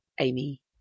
Amy